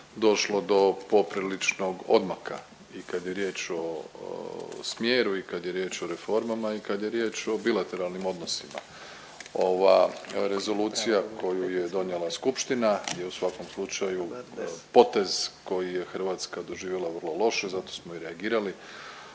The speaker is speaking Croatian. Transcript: došlo do popriličnog odmaka i kad je riječ o smjeru i kad je riječ o reformama i kad je riječ o bilateralnim odnosima, ova Rezolucija koju je donijela skupština je u svakom slučaju potez koji je Hrvatska doživjela vrlo loše, zato smo i reagirali,